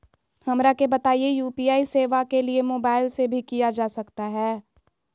हमरा के बताइए यू.पी.आई सेवा के लिए मोबाइल से भी किया जा सकता है?